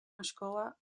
škola